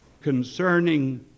concerning